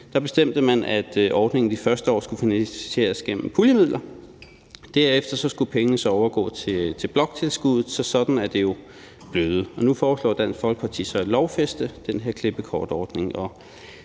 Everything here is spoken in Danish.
bestemte man, at ordningen de første år skulle finansieres gennem puljemidler, og derefter skulle pengene overgå til bloktilskud, og sådan er det så blevet. Nu foreslår Dansk Folkeparti så at lovfæste den her klippekortordning,